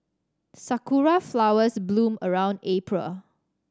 sakura flowers bloom around April